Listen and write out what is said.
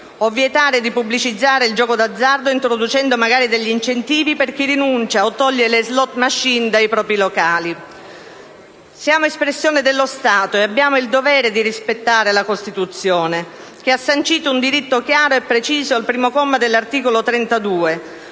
a vietare di pubblicizzare il gioco d'azzardo, prevedendo magari incentivi per chi rinuncia alle *slot* *machine* o le toglie dai propri locali. Siamo espressione dello Stato e abbiamo il dovere di rispettare la Costituzione, che ha sancito un diritto chiaro e preciso al primo comma dell'articolo 32: